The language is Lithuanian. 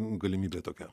galimybė tokia